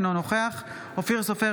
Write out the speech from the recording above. אינו נוכח אופיר סופר,